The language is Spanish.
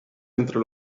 entre